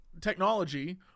technology